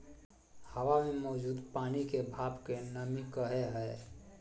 हवा मे मौजूद पानी के भाप के नमी कहय हय